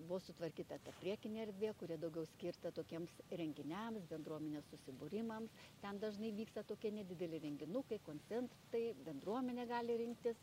buvo sutvarkyta ta priekinė erdvė kuri daugiau skirta tokiems renginiams bendruomenės susibūrimams ten dažnai vyksta tokie nedideli renginukai koncent tai bendruomenė gali rinktis